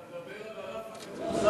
אתה מדבר על ענף הכדורסל?